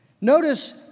Notice